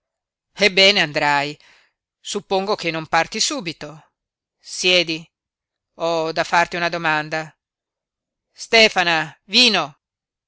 ebbene andrai suppongo che non parti subito siedi ho da farti una domanda stefana vino